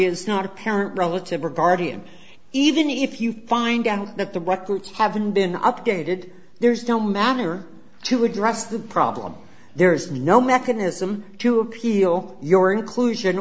is not a parent relative or guardian even if you find out that the records haven't been updated there's no matter to address the problem there is no mechanism to appeal your inclusion